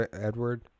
Edward